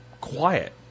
quiet